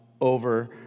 over